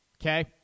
okay